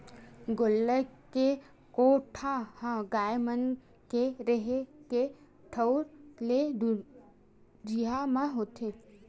गोल्लर के कोठा ह गाय मन के रेहे के ठउर ले दुरिया म होथे